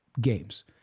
games—